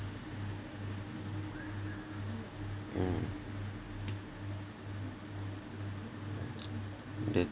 mm the